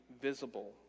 visible